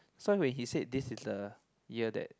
so when he say this is the year that